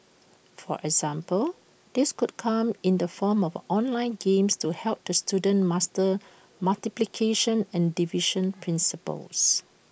for example this could come in the form of online games to help the students master multiplication and division principles